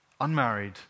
Unmarried